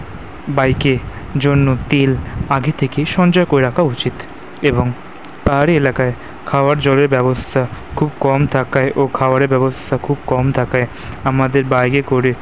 বাইকের জন্য তেল আগে থেকে সঞ্চয় করে রাখা উচিৎ এবং তার এলাকায় খাওয়ার জলের ব্যবস্থা খুব কম থাকায় ও খাবারের ব্যবস্থা খুব কম থাকায় আমাদের বাইকে করে